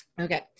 Okay